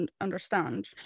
understand